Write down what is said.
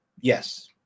yes